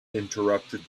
interrupted